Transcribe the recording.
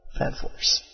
Fanforce